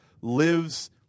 lives